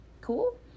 Cool